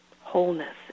wholeness